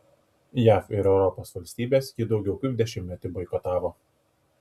jav ir europos valstybės jį daugiau kaip dešimtmetį boikotavo